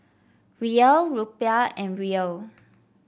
Riel Rupiah and Riel